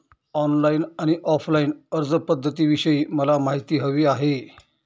online आणि offline अर्जपध्दतींविषयी मला माहिती हवी आहे